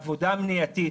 העבודה המניעתית,